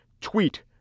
Tweet